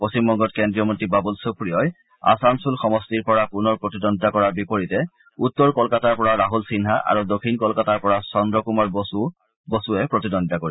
পশ্চিমবংগত কেন্দ্ৰীয় মন্ত্ৰী বাবুল সুপ্ৰিয়ই আছানসুল সমষ্টিৰ পৰা পুনৰ প্ৰতিদ্বন্দ্বিতা কৰাৰ বিপৰীতে উত্তৰ কলকাতাৰ পৰা ৰাহুল সিনহা আৰু দক্ষিণ কলকাতাৰ পৰা চন্দ্ৰ কুমাৰ বসুৱে প্ৰতিদ্বন্দ্বিতা কৰিব